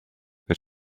that